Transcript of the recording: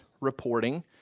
reporting